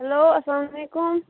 hello اسلامُ علیکُم